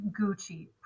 Gucci